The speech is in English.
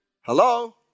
Hello